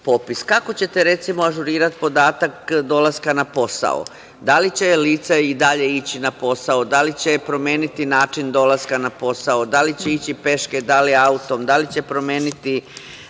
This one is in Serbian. popis? Kako ćete, recimo, ažurirati podatak dolaska na posao? Da li će lice i dalje ići na posao? Da li će promeniti način dolaska na posao? Da li će ići peške, autom? Da li će promeniti